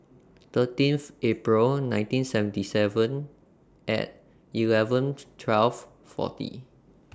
thirteenth April nineteen seventy Seven Eleven twelve forty